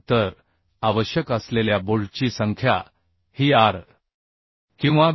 तर आवश्यक असलेल्या बोल्टची संख्या ही आर किंवा बी